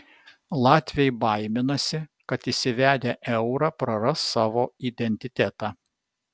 latviai baiminasi kad įsivedę eurą praras savo identitetą